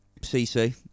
CC